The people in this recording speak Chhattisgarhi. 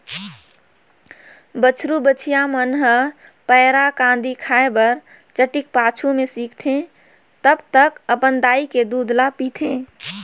बछरु बछिया मन ह पैरा, कांदी खाए बर चटिक पाछू में सीखथे तब तक अपन दाई के दूद ल पीथे